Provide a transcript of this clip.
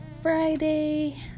Friday